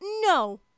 no